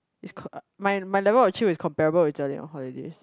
is my my level of chill is comparable with Ze-Lin on holidays